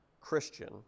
Christian